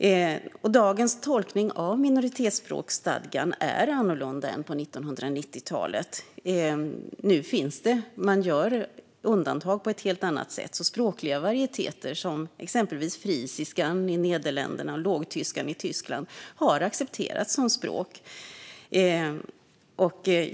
Dagens tolkning av minoritetsspråksstadgan är annorlunda nu än på 1990-talet. Nu gör man undantag på ett helt annat sätt. Språkliga varieteter, exempelvis frisiskan i Nederländerna och lågtyskan i Tyskland, har accepterats som språk.